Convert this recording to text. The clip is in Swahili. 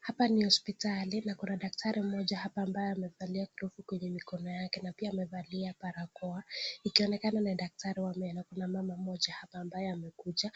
Hapa ni hospitali na kuna daktari mmoja hapa ambaye amevalia glovu kwenye mikono yake na pia amevalia barakoa ikionekana ni daktari wa meno. Kuna mama mmoja hapa ambaye amekuja